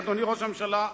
אדוני ראש הממשלה,